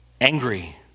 angry